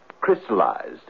crystallized